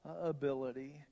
ability